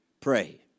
Pray